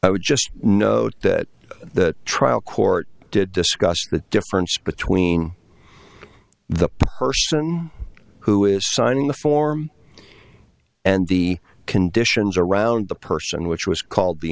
i would just note that the trial court did discuss the difference between the person who is signing the form and the conditions around the person which was called the